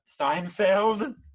Seinfeld